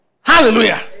Hallelujah